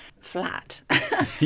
flat